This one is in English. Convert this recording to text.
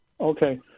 Okay